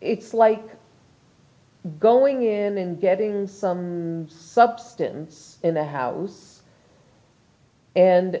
it's like going in getting some substance in the house and